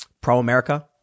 pro-America